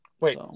Wait